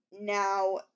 now